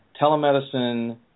telemedicine